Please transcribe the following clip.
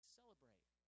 celebrate